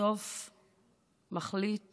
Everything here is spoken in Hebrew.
מחליט